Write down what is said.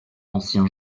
ancien